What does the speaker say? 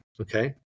Okay